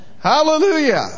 Hallelujah